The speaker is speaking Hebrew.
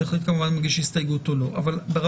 חבר הכנסת רוטמן יחליט אם להגיש הסתייגות או לא.